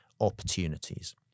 opportunities